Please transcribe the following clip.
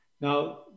Now